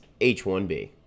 h1b